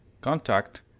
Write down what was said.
contact